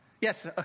Yes